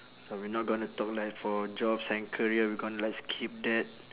so we not gonna talk like for jobs and career we gonna like skip that